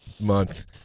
month